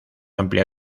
amplia